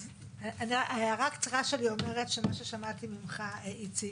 ההערה הקצרה שלי אומרת שמה ששמעתי ממך, איציק,